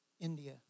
India